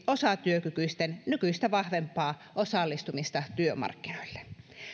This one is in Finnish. osatyökykyisten nykyistä vahvempaa osallistumista työmarkkinoille